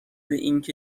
اینکه